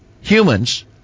Humans